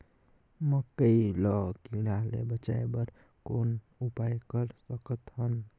मकई ल कीड़ा ले बचाय बर कौन उपाय कर सकत हन?